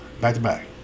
back-to-back